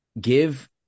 Give